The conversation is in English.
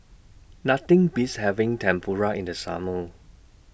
Nothing Beats having Tempura in The Summer